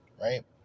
Right